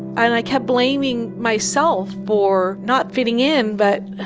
i kept blaming myself for not fitting in, but